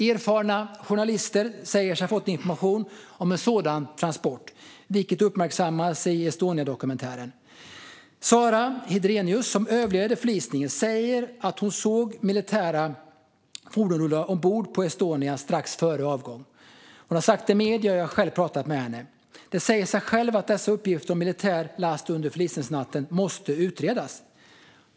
Erfarna journalister säger sig ha fått information om en sådan transport, vilket uppmärksammas i Estoniadokumentären. Sara Hedrenius, som överlevde förlisningen, säger att hon såg militära fordon rulla ombord på Estonia strax före avgång. Det har hon sagt till medier, och jag har själv pratat med henne. Det säger sig självt att uppgifterna om militär last under förlisningsnatten måste utredas.